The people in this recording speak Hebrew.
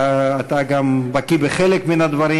אתה גם בקי בחלק מן הדברים.